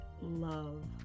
love